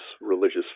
religious